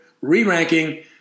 re-ranking